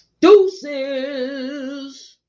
deuces